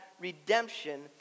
redemption